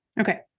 Okay